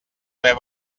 haver